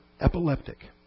epileptic